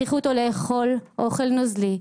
הכריחו אותו לאכול אוכל נוזלי.